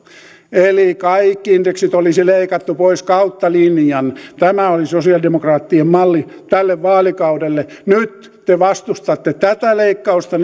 eli kaikki indeksit olisi leikattu pois kautta linjan tämä oli sosialidemokraattien malli tälle vaalikaudelle nyt te vastustatte tätä leikkausta